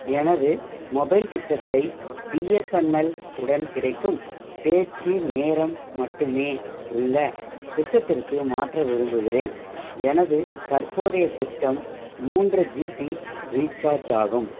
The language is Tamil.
எனது மொபைல் திட்டத்தை பிஎஸ்என்எல் உடன் கிடைக்கும் பேச்சு நேரம் மட்டுமே உள்ள திட்டத்திற்கு மாற்ற விரும்புகிறேன் எனது தற்போதைய திட்டம் மூன்று ஜிபி ரீசார்ஜ் ஆகும்